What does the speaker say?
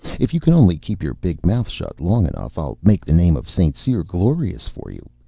if you can only keep your big mouth shut long enough. i'll make the name of st. cyr glorious for you.